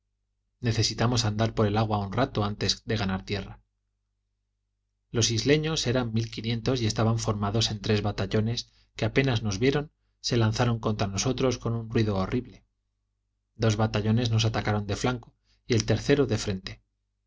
necesitamos andar por el agua un rato antes de ganar tierra los isleños eran mil quinientos y estaban formados en tres batallones que apenas nos vieron se lanzaron contra nosotros con un ruido horrible dos batallones nos atacaron de flanco y el tercero de frente